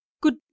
good